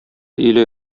иле